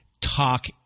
talk